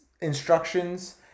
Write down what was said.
instructions